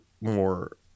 more